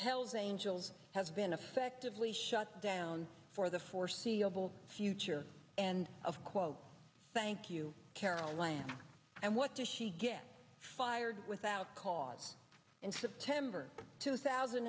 hells angels have been effectively shut down for the foreseeable future and of quote thank you carol lam and what does she get fired without cause in september two thousand